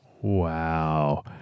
Wow